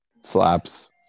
Slaps